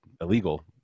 illegal